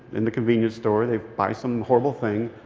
in the convenience store, they buy some horrible thing.